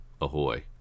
Ahoy